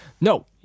no